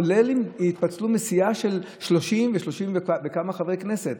כולל אם התפצלו מסיעה של 30 ו-30 וכמה חברי כנסת?